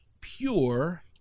pure